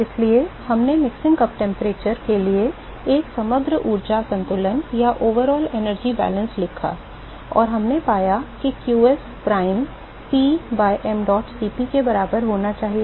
इसलिए हमने mixing cup तापमान के लिए एक समग्र ऊर्जा संतुलन लिखा और हमने पाया कि qs prime P by mdot Cp के बराबर होना चाहिए